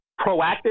proactive